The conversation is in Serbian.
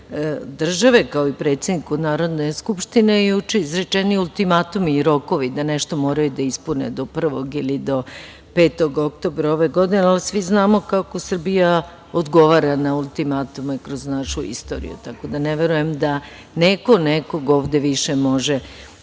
države, kao i predsedniku Narodne skupštine juče izrečeni ultimatumi i rokovi da nešto moraju da ispune do 1, ili do 5. oktobra ove godine, ali svi znamo kako Srbija odgovara na ultimatume kroz našu istoriju, tako da ne verujem da neko nekog ovde više može